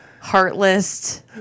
heartless